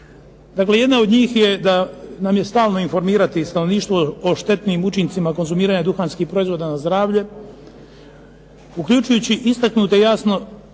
Dakle, jedna od njih je da nam je stalno informirati stanovništvo o štetnim učincima konzumiranja duhanskih proizvoda na zdravlje, uključujući jasne